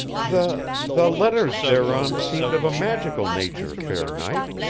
the. the letters thereon seemed of a magical nature, fair knight.